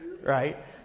right